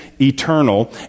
eternal